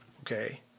Okay